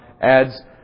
adds